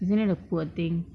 isn't that a poor thing